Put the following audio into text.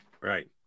Right